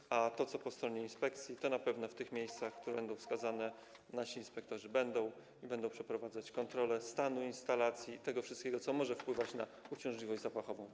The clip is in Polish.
A jeśli chodzi o to, co jest po stronie inspekcji, to na pewno w tych miejscach, które będą wskazane, nasi inspektorzy będą obecni i będą przeprowadzać kontrolę stanu instalacji, tego wszystkiego, co może wpływać na uciążliwość zapachową.